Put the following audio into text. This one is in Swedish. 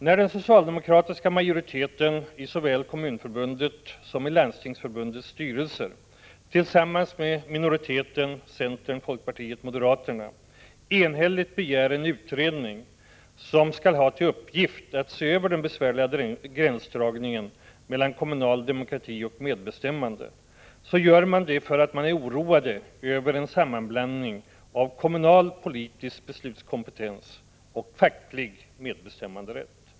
När den socialdemokratiska majoriteten i såväl Kommunförbundets som Landstingsförbundets styrelser tillsammans med minoriteten, centern-folkpartiet-moderaterna, enhälligt begär en utredning som skall ha till uppgift att se över den besvärliga gränsdragningen mellan kommunal demokrati och medbestämmande, så gör man det för att man är oroad över en sammanblandning av kommunal politisk beslutskompetens och facklig medbestämmanderätt.